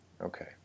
Okay